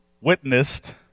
witnessed